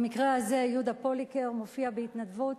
במקרה הזה יהודה פוליקר מופיע בהתנדבות.